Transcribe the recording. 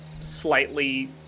slightly